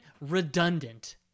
redundant